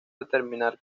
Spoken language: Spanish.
determinar